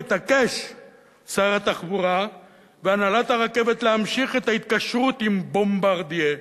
מתעקשים שר התחבורה והנהלת הרכבת להמשיך את ההתקשרות עם "בומברדיה".